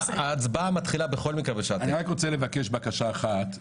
ההצבעה מתחילה בכל מקרה בשעה 09:00. אני רק רוצה לבקש בקשה אחת,